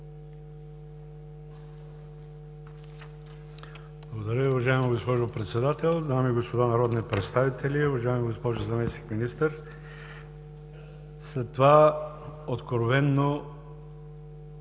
Благодаря, уважаема госпожо Председател. Дами и господа народни представители, уважаема госпожо заместник-министър! След това откровено